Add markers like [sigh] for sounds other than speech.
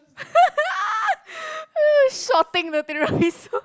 [laughs] uh shopping the Tiramisu